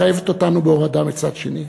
מחייבת אותנו בהורדה בצד שני.